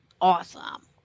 Awesome